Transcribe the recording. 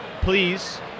please